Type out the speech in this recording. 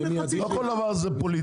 לא כל דבר פוליטי.